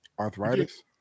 Arthritis